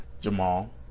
Jamal